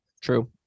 True